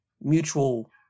mutual